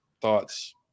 thoughts